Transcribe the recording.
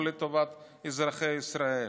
לא לטובת אזרחי ישראל.